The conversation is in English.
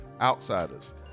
outsiders